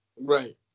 Right